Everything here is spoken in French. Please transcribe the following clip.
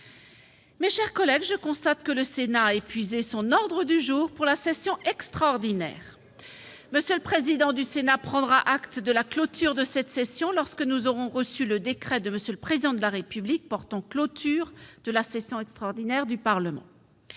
mes chers collègues, je constate que le Sénat a épuisé son ordre du jour pour la session extraordinaire. M. le président du Sénat prendra acte de la clôture de cette session lorsque nous aurons reçu le décret de M. le Président de la République portant clôture de la session extraordinaire du Parlement.